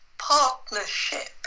partnership